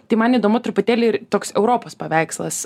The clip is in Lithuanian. tai man įdomu truputėlį ir toks europos paveikslas